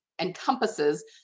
encompasses